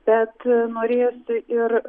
bet norėjosi ir